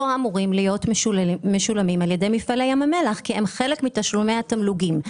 אמורים להיות משולמים על ידי מפעלי ים המלח כי הם חלק מתשלומי התמלוגים.